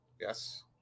yes